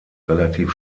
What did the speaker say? relativ